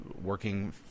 working